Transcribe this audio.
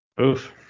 Oof